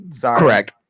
Correct